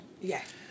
Yes